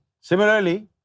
Similarly